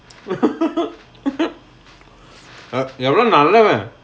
ah எவளோ நல்லவ:evalo nallava